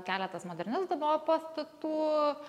keletas modernizmo pastatų